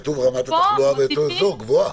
פה מוסיפים --- לכן כתוב "רמת התחלואה באותו אזור גבוהה".